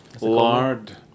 Lard